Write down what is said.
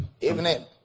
Evening